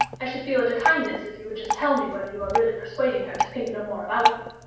i should feel it a kindness if you would just tell me whether you are really persuading her to think no more about me